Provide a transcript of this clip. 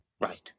Right